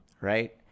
Right